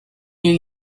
new